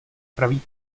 praví